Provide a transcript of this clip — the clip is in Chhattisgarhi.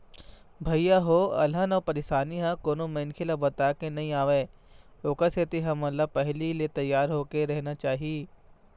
भइया हो अलहन अउ परसानी ह कोनो मनखे ल बताके नइ आवय ओखर सेती हमन ल पहिली ले तियार होके रहना चाही